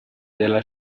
della